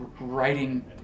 writing